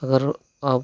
अगर आप